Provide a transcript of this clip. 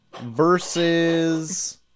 versus